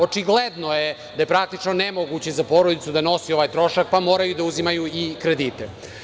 Očigledno je da je praktično nemoguće za porodicu da nosi ovaj trošak, pa moraju da uzimaju i kredite.